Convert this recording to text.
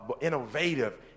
innovative